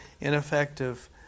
ineffective